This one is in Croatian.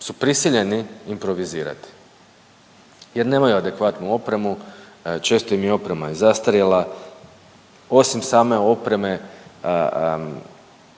su prisiljeni improvizirati jer nemaju adekvatnu opremu, često im je oprema i zastarjela, osim same opreme